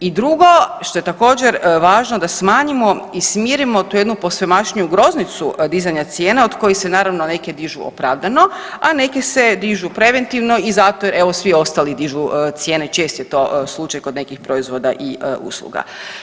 I drugo, što je također važno, da smanjimo i smirimo tu jednu posvemašniju groznicu dizanja cijena od kojih se naravno neke dižu opravdano, a neke se dižu preventivno i zato jer evo svi ostali dižu cijene čest je to slučaj kod nekih proizvoda i usluga.